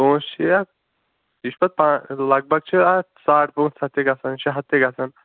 پۅنٛسہِ چھِ یَتھ یہِ چھُ پتہٕ پانہٕ لگ بگ چھِ اَتھ ساڑ پٲںٛژ ہَتھ چھِ گَژھان شےٚ ہتھ تہِ گَژھان